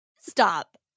stop